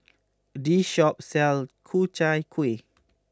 this shop sells Ku Chai Kuih